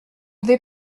vais